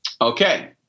Okay